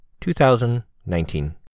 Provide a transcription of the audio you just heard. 2019